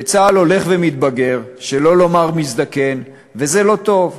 וצה"ל הולך ומתבגר, שלא לומר מזדקן, וזה לא טוב.